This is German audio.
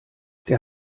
der